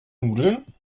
nudeln